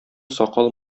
сакал